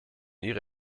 ihre